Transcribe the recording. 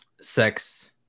Sex